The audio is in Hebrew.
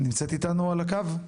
נמצאת איתנו על הקו?